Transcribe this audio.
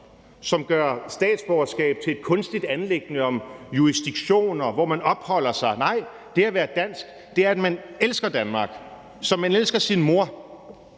som gør statsborgerskab til et kunstigt anliggende om jurisdiktion, og hvor man opholder sig. Nej, det at være dansk er, at man elsker Danmark, som man elsker sin mor.